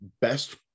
best